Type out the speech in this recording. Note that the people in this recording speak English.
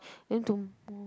then tomo~